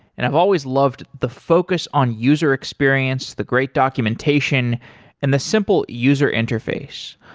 and i've always loved the focus on user experience, the great documentation and the simple user interface.